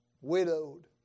widowed